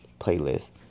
playlist